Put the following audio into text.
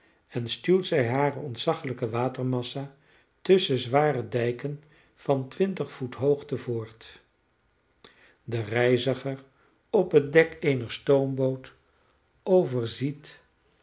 en stuwt zij hare ontzaglijke watermassa tusschen zware dijken van twintig voet hoogte voort de reiziger op het dek eener stoomboot overziet